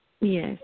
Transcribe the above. Yes